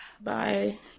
Bye